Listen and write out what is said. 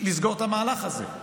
לסגור את המהלך הזה?